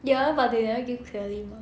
ya but they never give clearly mah